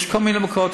יש כל מיני מקומות,